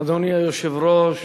היושב-ראש,